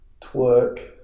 Twerk